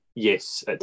Yes